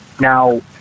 Now